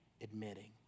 admitting